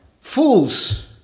fools